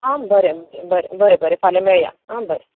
आं बरें बरें बरें बरें फाल्यां मेळया आं बरें